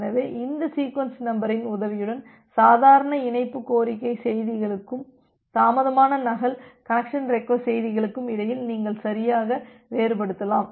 எனவே இந்த சீக்வென்ஸ் நம்பரின் உதவியுடன் சாதாரண இணைப்பு கோரிக்கை செய்திகளுக்கும் தாமதமான நகல் கனெக்சன் ரெக்வஸ்ட் செய்திகளுக்கும் இடையில் நீங்கள் சரியாக வேறுபடுத்தலாம்